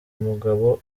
umugabo